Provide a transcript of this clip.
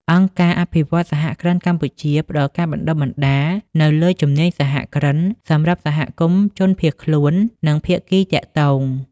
អង្គការអភិវឌ្ឍន៍សហគ្រិនកម្ពុជា ផ្តល់ការបណ្តុះបណ្តាលនៅលើជំនាញសហគ្រិន សម្រាប់សហគមន៍ជនភៀសខ្លួន និងភាគីទាក់ទង។